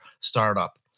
startup